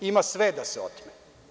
Ima sve da se otme.